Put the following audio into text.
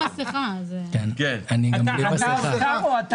אתה מהאוצר?